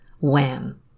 Wham